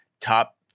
top